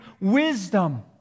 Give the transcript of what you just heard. wisdom